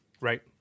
Right